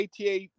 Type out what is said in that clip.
ATA